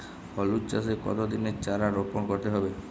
হলুদ চাষে কত দিনের চারা রোপন করতে হবে?